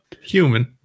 Human